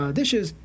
dishes